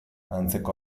antzeko